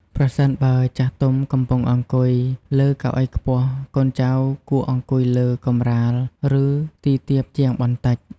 ប្រសិនបើចាស់ទុំកំពុងអង្គុយលើកៅអីខ្ពស់ កូនចៅគួរអង្គុយលើកម្រាល ឬទីទាបជាងបន្តិច។